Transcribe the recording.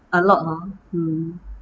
a lot hor hmm